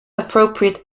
appropriate